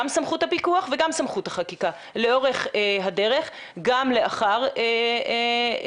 גם סמכות הפיקוח וגם סמכות החקיקה לאורך הדרך גם לאחר ההסדר.